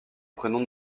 prénom